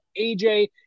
AJ